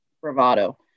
bravado